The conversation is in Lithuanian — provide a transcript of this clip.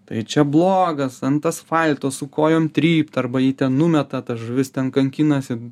tai čia blogas ant asfalto su kojom trypt arba jį numeta ta žuvis ten kankinasi